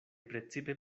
precipe